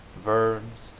verbs,